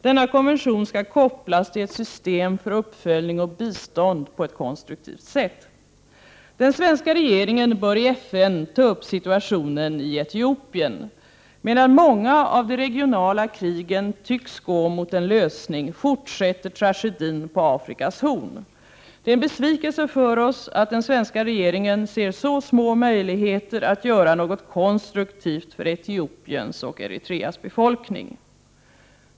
Denna konvention skall kopplas till ett system för uppföljning och bistånd på ett konstruktivt sätt. Den svenska regeringen bör i FN ta upp situationen i Etiopien. Medan många av de regionala krigen tycks gå mot en lösning, fortsätter tragedin på Afrikas Horn. Det är en besvikelse för oss att den svenska regeringen ser så små möjligheter att göra något konstruktivt för Etiopiens och Eritreas befolkning.